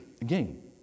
Again